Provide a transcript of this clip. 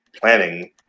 planning